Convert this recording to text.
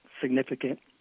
significant